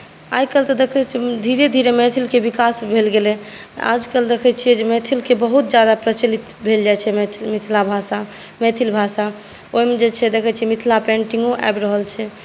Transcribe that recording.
आइ काल्हि तऽ देखै छी धीरे धीरे मैथिलके विकास भेल गेलै आज कल जे देखै छी धीरे धीरे मैथिलके बहुत ज्यादा प्रचलित भेल जाइ छै मिथिला भाषा मैथिल भाषा ओहिमे जे देखे छी मिथिला पेन्टिंगो आबि रहल छै